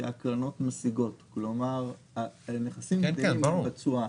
שהקרנות משיגות, כלומר הנכסים גדלים עם התשואה.